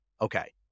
Okay